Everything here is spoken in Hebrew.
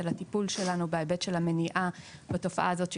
על הטיפול שלנו במניעה של התופעה הזאת,